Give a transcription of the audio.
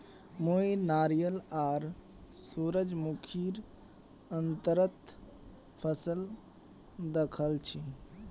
मुई नारियल आर सूरजमुखीर अंतर फसल दखल छी